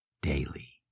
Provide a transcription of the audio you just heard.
daily